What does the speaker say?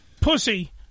pussy